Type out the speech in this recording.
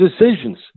decisions